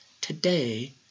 today